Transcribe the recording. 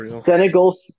Senegal